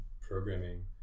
programming